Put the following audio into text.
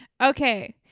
Okay